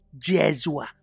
Jesua